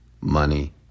money